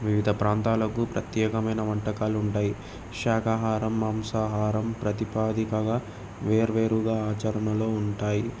వివిధ ప్రాంతాలకు ప్రత్యేకమైన వంటకాలు ఉంటాయి శాఖాహారం మాంసాహారం ప్రతిపాదికగా వేరువేరుగా ఆచరణలో ఉంటాయి